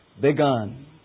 begun